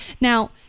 Now